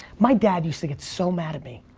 my dad used to get so mad at me.